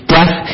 Death